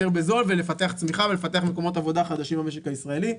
בזול ולפתח צמיחה ולפתח מקומות עבודה חדשים במשק הישראלי.